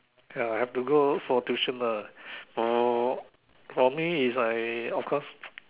ya have to go for tuition ah for for me is I of course